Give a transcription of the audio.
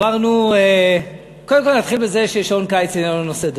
קודם כול, אתחיל בזה ששעון קיץ איננו נושא דתי.